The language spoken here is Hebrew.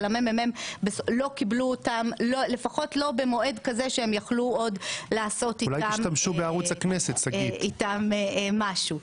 אבל המ.מ.מ לא קיבלו אותם לפחות לא במועד כזה שיכלו לעשות אתם משהו.